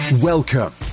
Welcome